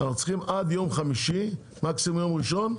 אנחנו צריכים עד יום חמישי, מקסימום יום ראשון,